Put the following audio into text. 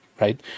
right